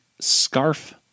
scarf